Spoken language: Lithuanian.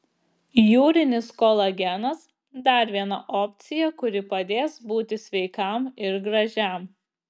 jūrinis kolagenas dar viena opcija kuri padės būti sveikam ir gražiam